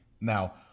Now